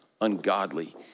ungodly